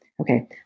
Okay